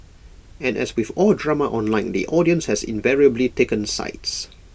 and as with all drama online the audience has invariably taken sides